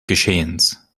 geschehens